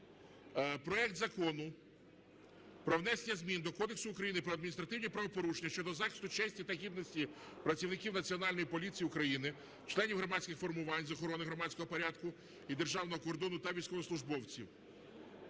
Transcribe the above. проект Закону про внесення змін до Кодексу України про адміністративні правопорушення щодо захисту честі та гідності працівників Національної поліції України, членів громадських формувань з охорони громадського порядку і державного кордону та військовослужбовців.